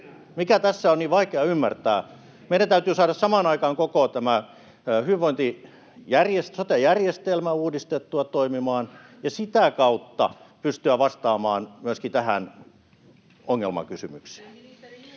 Mikä tässä on niin vaikea ymmärtää? Meidän täytyy saada samaan aikaan koko tämä sote-järjestelmä uudistettua toimimaan ja sitä kautta pystyä vastaamaan myöskin tähän ongelmakysymykseen.